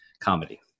comedy